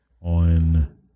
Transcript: on